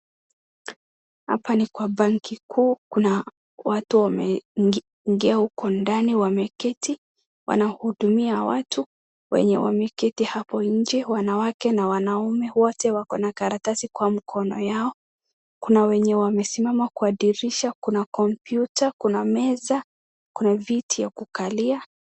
Hapa ni kwa benki kuu kuna watu wameingia huko ndani wameketi wanahudumia watu. Wenye wameketi hapo nje wanawake na wanaume wote wako na karatasi kwa mkono wao. Kuna wenye wamesimama kwa dirisha, kuna komputa, kuna meza ,kuna viti ya kukalia.